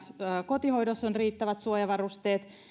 kotihoidossa on riittävät suojavarusteet